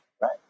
Right